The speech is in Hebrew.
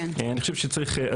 אני חושב שצריך,